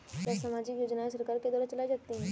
क्या सामाजिक योजनाएँ सरकार के द्वारा चलाई जाती हैं?